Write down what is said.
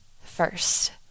first